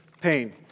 pain